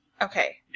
Okay